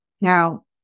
Now